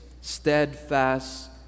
steadfast